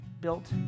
built